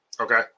Okay